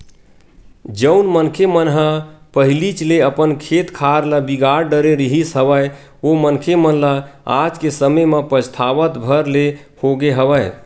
जउन मनखे मन ह पहिलीच ले अपन खेत खार ल बिगाड़ डरे रिहिस हवय ओ मनखे मन ल आज के समे म पछतावत भर ले होगे हवय